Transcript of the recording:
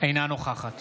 אינה נוכחת